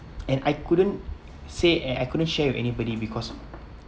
and I couldn't say and I couldn't share with anybody because